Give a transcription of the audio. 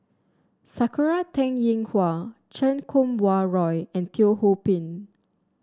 Sakura Teng Ying Hua Chan Kum Wah Roy and Teo Ho Pin